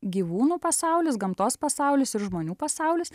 gyvūnų pasaulis gamtos pasaulis ir žmonių pasaulis